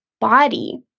body